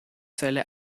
zelle